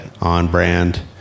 on-brand